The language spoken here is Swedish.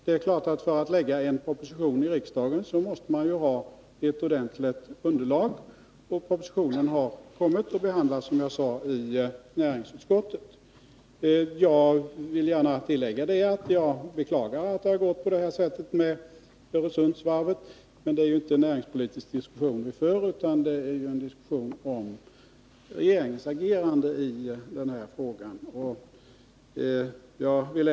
För att framlägga en proposition för riksdagen måste man ju ha ett ordentligt underlag. Propositionen har kommit och behandlas, som jag sade, i näringsutskottet. Jag beklagar att det har gått på det här sättet med Öresundsvarvet, men det är inte en näringspolitisk diskussion vi för utan en diskussion om regeringens agerande i den här frågan.